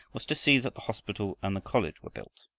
was to see that the hospital and college were built.